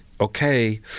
okay